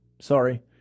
Sorry